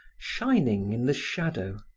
shining in the shadow.